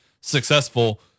successful